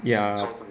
ya